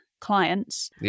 clients